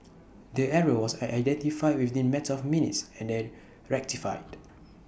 the error was identified within the matter of minutes and then rectified